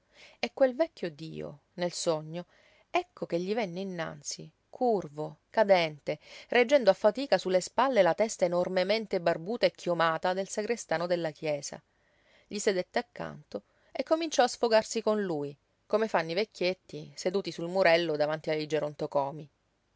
e quel vecchio dio nel sogno ecco che gli venne innanzi curvo cadente reggendo a fatica su le spalle la testa enormemente barbuta e chiomata del sagrestano della chiesa gli sedette accanto e cominciò a sfogarsi con lui come fanno i vecchietti seduti sul murello davanti ai gerontocomii